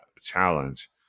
challenge